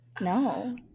No